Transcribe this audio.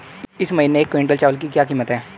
इस महीने एक क्विंटल चावल की क्या कीमत है?